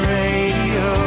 radio